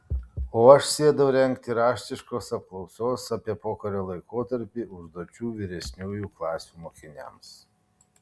o aš sėdau rengti raštiškos apklausos apie pokario laikotarpį užduočių vyresniųjų klasių mokiniams